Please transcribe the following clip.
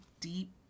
deep